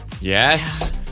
Yes